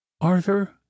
Arthur